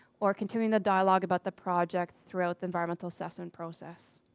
or continuing the dialogue about the project throughout the environmental assessment process.